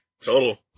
total